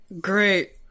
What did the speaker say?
Great